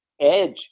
Edge